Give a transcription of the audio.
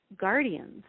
guardians